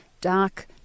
dark